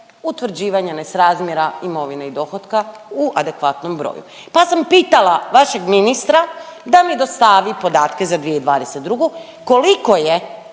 utvrđivanja nesrazmjera imovine i dohotka u adekvatnom broju? Pa sam pitala vašeg ministra da mi dostavi podatke za 2022. koliko je